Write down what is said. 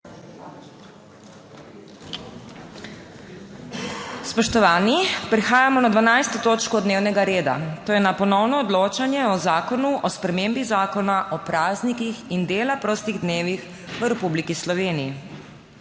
s prekinjeno 12. točko dnevnega reda, to je s ponovnim odločanjem o Zakonu o spremembi Zakona o praznikih in dela prostih dnevih v Republiki Sloveniji.**